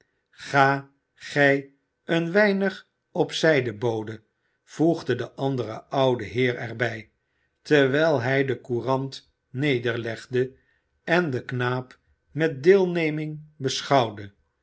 ga gij een weinig op zijde bode voegde de andere oude heer er bij terwijl hij de courant nederlegde en den knaap met deelneming beschouwde